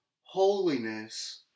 holiness